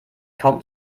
kaum